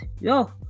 yo